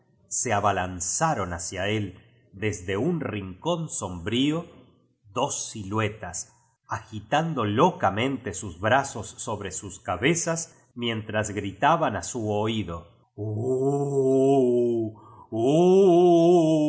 se abalanzaron bacía él desde un rincón som brío dos siluetas agitando locamente sus brazos sobre sus cabezas mientras gritaban a su oído